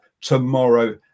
tomorrow